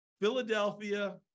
Philadelphia